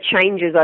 changes